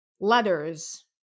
letters